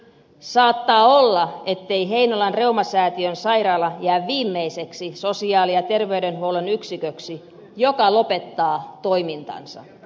saattaa olla ettei heinolan reumasäätiön sairaala jää viimeiseksi sosiaali ja terveydenhuollon yksiköksi joka lopettaa toimintansa